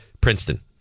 Princeton